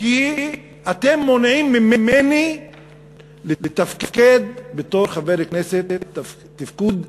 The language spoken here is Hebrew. כי אתם מונעים ממני לתפקד בתור חבר כנסת תפקוד ראוי.